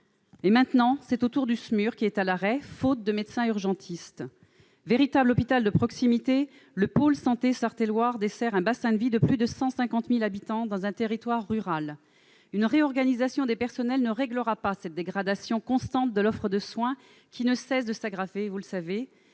et de réanimation, ou SMUR, qui est à l'arrêt, faute de médecins urgentistes ! Véritable hôpital de proximité, le Pôle santé Sarthe et Loir dessert un bassin de vie de plus de 150 000 habitants dans un territoire rural. Une réorganisation des personnels ne réglera pas cette dégradation constante de l'offre de soins, qui ne cesse de s'aggraver, la